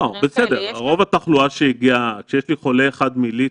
אבל כשיש לי חולה אחד מליטא,